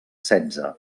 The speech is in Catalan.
setze